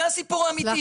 זה הסיפור האמיתי.